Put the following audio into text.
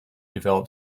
develop